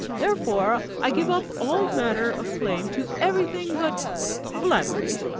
therefore i give up all manner of claim to every thing but flattery!